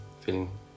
feeling